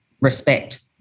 respect